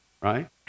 right